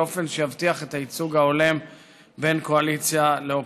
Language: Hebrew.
באופן שיבטיח את הייצוג ההולם בין קואליציה לאופוזיציה.